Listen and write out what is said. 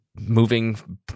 moving